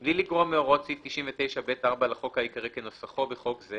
"בלי לגרוע מהוראות סעיף 99(ב)4 לחוק העיקרי כנוסחו בחוק הזה,